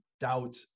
doubt